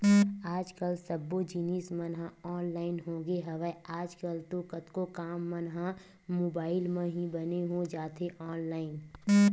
आज कल सब्बो जिनिस मन ह ऑनलाइन होगे हवय, आज कल तो कतको काम मन ह मुबाइल म ही बने हो जाथे ऑनलाइन